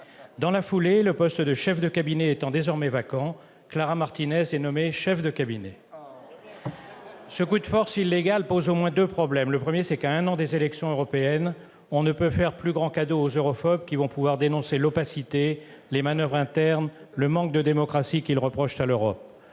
Dans la foulée, le poste de chef de cabinet étant désormais vacant, Clara Martinez était nommée chef de cabinet. Ce coup de force illégal pose au moins deux problèmes. Le premier, c'est que, à un an des élections européennes, on ne peut faire plus grand cadeau aux europhobes, qui vont pouvoir dénoncer l'opacité, les manoeuvres internes, le manque de démocratie qu'ils reprochent à l'Europe.